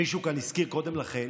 מישהו כאן הזכיר קודם לכן,